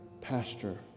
pastor